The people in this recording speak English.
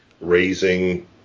raising